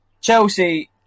Chelsea